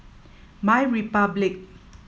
MyRepublic